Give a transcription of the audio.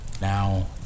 Now